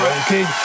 okay